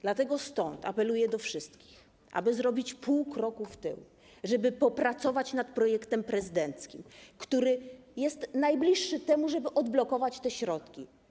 Dlatego stąd apeluję do wszystkich, aby zrobić pół kroku w tył, żeby popracować nad projektem prezydenckim, który jest najbliższy temu, żeby odblokować te środki.